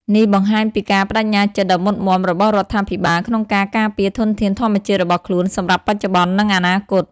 នេះបង្ហាញពីការប្តេជ្ញាចិត្តដ៏មុតមាំរបស់រដ្ឋាភិបាលក្នុងការការពារធនធានធម្មជាតិរបស់ខ្លួនសម្រាប់បច្ចុប្បន្ន និងអនាគត។